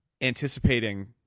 anticipating